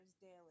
daily